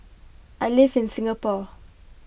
I live in Singapore